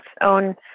own